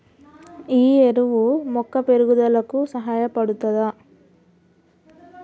ఈ ఎరువు మొక్క పెరుగుదలకు సహాయపడుతదా?